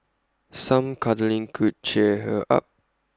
some cuddling could cheer her up